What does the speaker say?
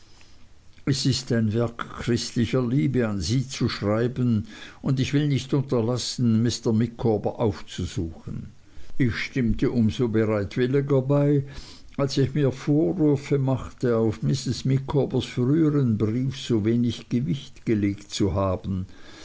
es ist ein werk christlicher liebe an sie zu schreiben und ich will nicht unterlassen mr micawber aufzusuchen ich stimmte um so bereitwilliger bei als ich mir vorwürfe machte auf mrs micawbers früheren brief so wenig gewicht gelegt zu haben